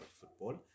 football